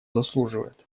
заслуживает